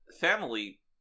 family